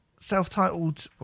self-titled